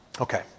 Okay